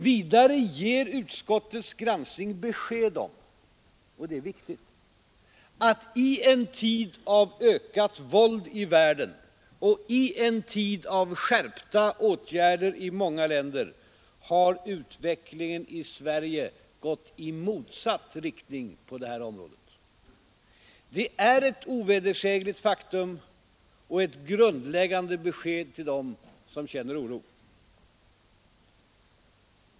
Vidare ger utskottets granskning besked om — och det är viktigt — att i en tid av ökat våld i världen och i en tid av skärpta åtgärder i många länder har utvecklingen i Sverige gått i motsatt riktning på det här området. Det är ett ovedersägligt faktum och ett grundläggande besked till den som känner oro.